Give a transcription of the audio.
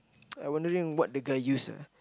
I wondering wondering what the guy use ah